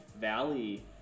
Valley